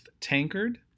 Tankard